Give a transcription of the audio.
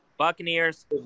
Buccaneers